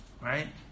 right